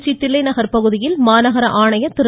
திருச்சி தில்லை நகர் பகுதியில் மாநகர ஆணையர் திரு